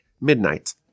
midnight